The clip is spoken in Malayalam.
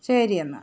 ശരി എന്നാൽ